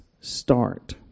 start